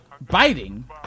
Biting